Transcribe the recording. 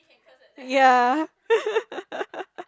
ya